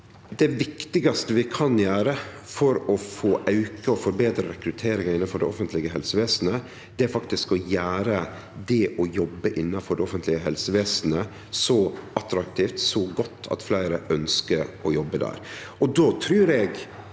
Det viktigaste vi kan gjere for å få auka og forbedra rekrutteringa innanfor det offentlege helsevesenet, er faktisk å gjere det å jobbe innanfor det offentlege helsevesenet så attraktivt og godt at fleire ønskjer å jobbe der. Då trur eg